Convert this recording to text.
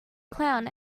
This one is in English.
clown